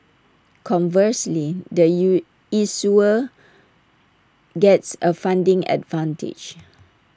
conversely the you issuer gets A funding advantage